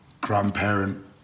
grandparent